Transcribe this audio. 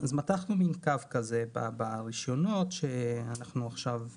מתחנו קו כזה ברישיונות שאנחנו עושים עכשיו